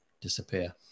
disappear